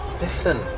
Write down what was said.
Listen